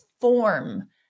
form